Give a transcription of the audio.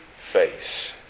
face